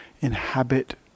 inhabit